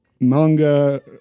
manga